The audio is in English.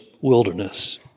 wilderness